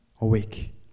awake